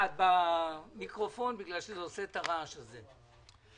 "הגדרות 1 .בחוק זה,